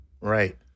Right